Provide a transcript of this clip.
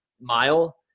Mile